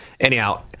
Anyhow